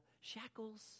shackles